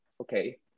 okay